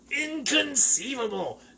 inconceivable